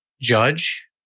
judge